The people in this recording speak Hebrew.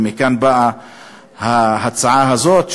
ומכאן באה ההצעה הזאת,